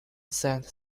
sent